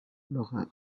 laura